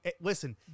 Listen